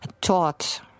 taught